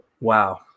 wow